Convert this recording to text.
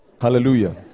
Hallelujah